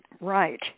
Right